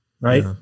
Right